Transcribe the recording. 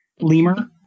lemur